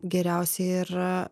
geriausia ir